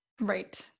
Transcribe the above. Right